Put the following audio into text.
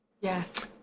Yes